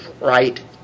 right